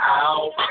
out